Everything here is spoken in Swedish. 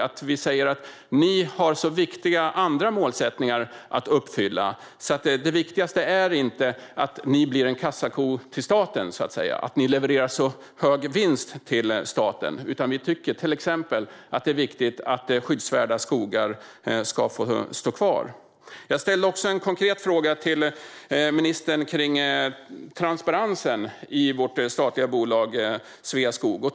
Man kan säga att Sveaskog har andra viktiga mål att uppfylla, alltså att det viktigaste inte är att Sveaskog blir en kassako till staten, att leverera en så hög vinst till staten, utan att det är viktigare att skyddsvärda skogar får stå kvar. Jag ställde också en konkret fråga till ministern om transparensen i vårt statliga bolag Sveaskog.